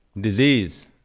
disease